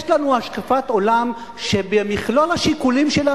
יש לנו השקפת עולם שבמכלול השיקולים שלה